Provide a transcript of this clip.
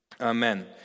Amen